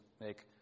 make